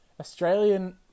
Australian